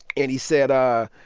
and he said, um ah